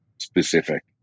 specific